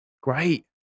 Great